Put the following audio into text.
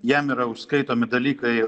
jam yra užskaitomi dalykai